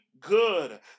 Good